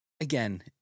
again